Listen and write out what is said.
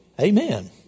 Amen